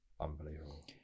unbelievable